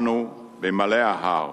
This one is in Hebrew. אנו במעלה ההר,